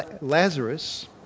Lazarus